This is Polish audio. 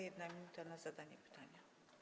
1 minuta na zadanie pytania.